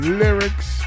lyrics